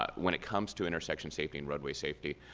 when it comes to intersection safety and roadway safety,